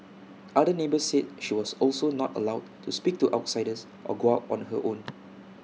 other neighbours said she was also not allowed to speak to outsiders or go out on her own